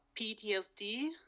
PTSD